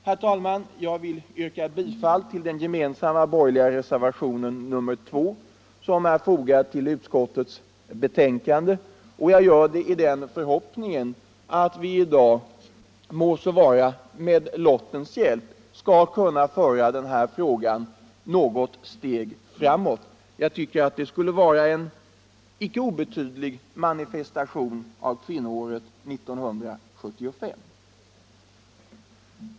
17 Jag vill yrka bifall till den gemensamma borgerliga reservationen nr 2, som är fogad till utskottets betänkande. Jag gör det i den förhoppningen, att vi i dag skall kunna föra denna fråga något steg framåt. Jag tycker att det skulle vara en icke obetydlig manifestation av kvinnoåret 1975.